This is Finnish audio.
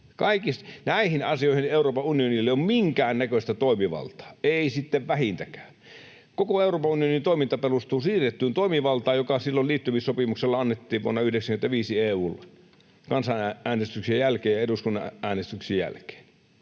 Näihin asioihin Euroopan unionilla ei ole minkäännäköistä toimivaltaa, ei sitten vähintäkään. Koko Euroopan unionin toiminta perustuu siirrettyyn toimivaltaan, joka silloin vuonna 95 annettiin liittymissopimuksella EU:lle kansanäänestyksen jälkeen ja eduskunnan äänestyksen jälkeen.